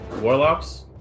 Warlocks